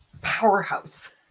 powerhouse